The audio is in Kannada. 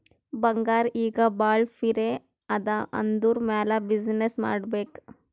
ಬಂಗಾರ್ ಈಗ ಭಾಳ ಪಿರೆ ಅದಾ ಅದುರ್ ಮ್ಯಾಲ ಬಿಸಿನ್ನೆಸ್ ಮಾಡ್ಬೇಕ್